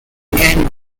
end